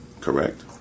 correct